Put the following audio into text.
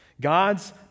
God's